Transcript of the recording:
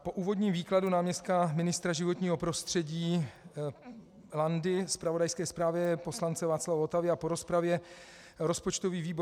Po úvodním výkladu náměstka ministra životního prostředí Landy, zpravodajské zprávě poslance Václava Votavy a po rozpravě rozpočtový výbor